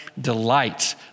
delight